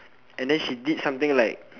and then she did something like